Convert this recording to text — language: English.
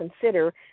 consider